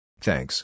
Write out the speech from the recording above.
Thanks